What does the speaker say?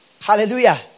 Hallelujah